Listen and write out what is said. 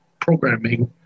programming